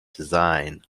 design